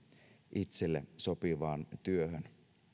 itselle sopivaan työhön